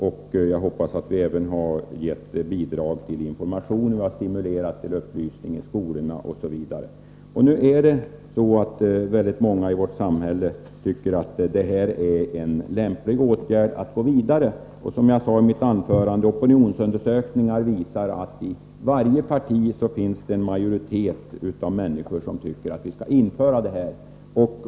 Vi har även gett bidrag till information, stimulerat till upplysning i skolorna osv. Det är många människor i vårt samhälle som nu tycker att ett förbud mot annonsering är en lämplig åtgärd för att gå vidare. Som jag sade i mitt anförande visar opinionsundersökningar att det i varje parti finns en Nr 131 majoritet som anser att vi skall införa ett annonseringsförbud.